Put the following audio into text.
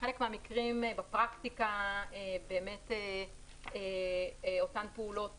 בחלק מהמקרים בפרקטיקה אותן פעולות